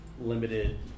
limited